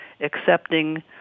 accepting